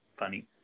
funny